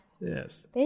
yes